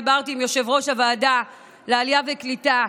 דיברתי עם יושב-ראש הוועדה לעלייה וקליטה.